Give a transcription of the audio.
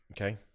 okay